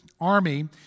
army